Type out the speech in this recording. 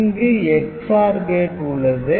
இங்கு XOR gate உள்ளது